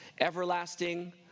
Everlasting